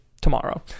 tomorrow